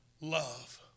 love